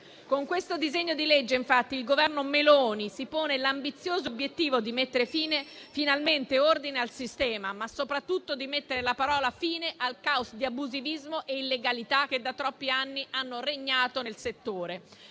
Con questo disegno di legge infatti il Governo Meloni si pone l'ambizioso obiettivo di mettere finalmente ordine al sistema, ma soprattutto di mettere la parola fine al caos di abusivismo e illegalità che da troppi anni hanno regnato nel settore,